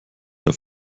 der